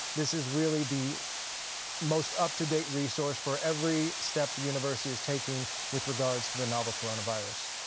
this is really the most up-to-date resource for every step the university is taking with regards to the novel coronavirus.